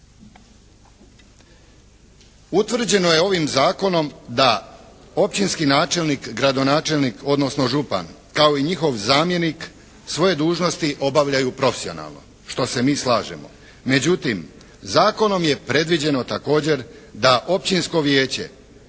Utvrđeno je ovim zakonom da općinski načelnik, gradonačelnik, odnosno župan kao i njihov zamjenik svoje dužnosti obavljaju profesionalno što se mi slažemo. Međutim, zakonom je predviđeno također da općinsko vijeće